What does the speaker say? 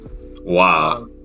Wow